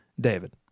David